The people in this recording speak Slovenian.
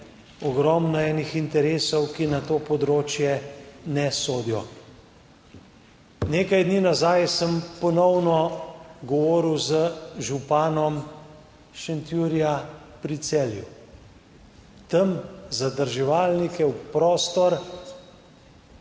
ogromno enih interesov, ki na to področje ne sodijo. Nekaj dni nazaj sem ponovno govoril z županom Šentjurja pri Celju. Tam zadrževalnike v prostor,